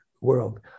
world